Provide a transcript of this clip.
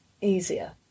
easier